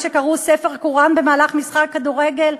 שקרעו ספר קוראן במהלך משחק כדורגל.